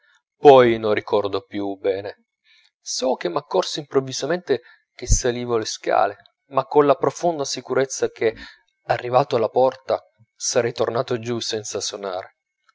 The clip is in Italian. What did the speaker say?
poi non ricordo più bene so che m'accorsi improvvisamente che salivo le scale ma colla profonda sicurezza che arrivato alla porta sarei tornato giù senza sonare